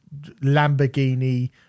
lamborghini